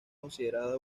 considerada